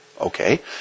Okay